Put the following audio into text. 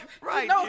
Right